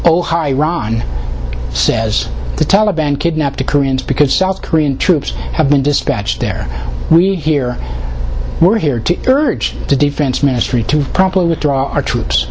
ohio ron says the taliban kidnapped the koreans because south korean troops have been dispatched there we hear we're here to urge the defense ministry to promptly withdraw our troops